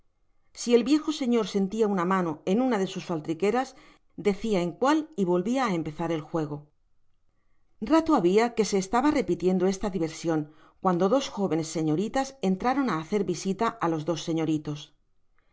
si el viejo señor seutia una mano en una de sus faltriqueras decia en cual y volvia á empezar el juego rato habia que se estaba repitiendo esta diversion cuando dos jovenes señoritas entraron á hacer visita á los dos señoritas